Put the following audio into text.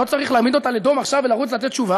לא צריך להעמיד אותה לדום עכשיו ולרוץ לתת תשובה,